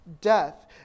death